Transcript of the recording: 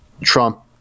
Trump